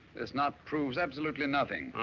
this knot proves absolutely nothing.